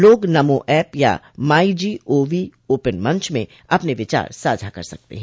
लोग नमो ऐप या my G O V open मंच में अपने विचार साझा कर सकते हैं